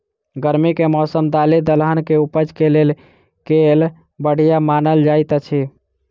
गर्मी केँ मौसम दालि दलहन केँ उपज केँ लेल केल बढ़िया मानल जाइत अछि?